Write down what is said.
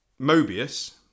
Mobius